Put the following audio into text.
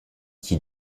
qui